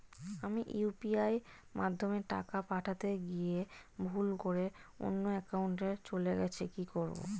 আমি ইউ.পি.আই মাধ্যমে টাকা পাঠাতে গিয়ে ভুল করে অন্য একাউন্টে চলে গেছে কি করব?